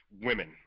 women